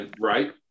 Right